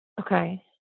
Okay